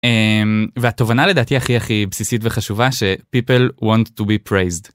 והתובנה לדעתי הכי הכי בסיסית וחשובה ש-people want to be praised.